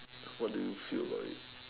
what do you feel about it